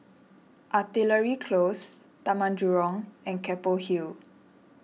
Artillery Close Taman Jurong and Keppel Hill